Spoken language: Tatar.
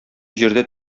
җирдә